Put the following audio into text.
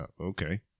okay